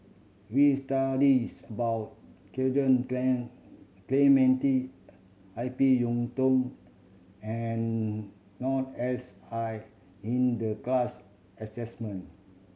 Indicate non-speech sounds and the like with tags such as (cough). we studies about (unintelligible) Clementi I P Yiu Tung and Noor S I in the class assignment